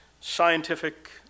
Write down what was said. scientific